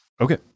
Okay